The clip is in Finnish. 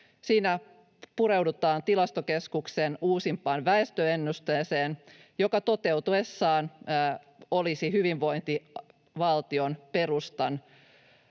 Siinä pureudutaan Tilastokeskuksen uusimpaan väestöennusteeseen, joka toteutuessaan olisi hyvinvointivaltion perustan